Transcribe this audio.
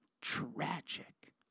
tragic